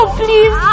please